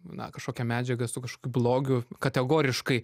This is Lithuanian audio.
na kažkokią medžiagą su kažkokiu blogiu kategoriškai